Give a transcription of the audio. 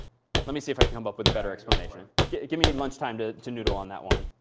let me see if i come up with a better explanation. give give me and lunch time to to noodle on that one.